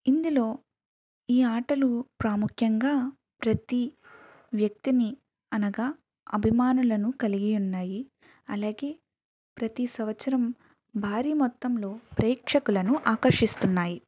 ఇందులో ఈ ఆటలు ప్రాముఖ్యంగా ప్రతి వ్యక్తిని అనగా అభిమానులను కలిగియున్నాయి అలాగే ప్రతి సంవత్సరం భారీ మొత్తంలో ప్రేక్షకులను ఆకర్షిస్తున్నాయి